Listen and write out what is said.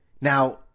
Now